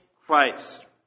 Christ